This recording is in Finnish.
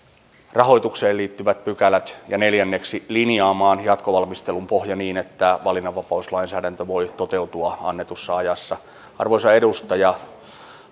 rahoitukseen liittyvät pykälät ja neljä linjattu jatkovalmistelun pohja niin että valinnanvapauslainsäädäntö voi toteutua annetussa ajassa arvoisa edustaja